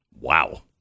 Wow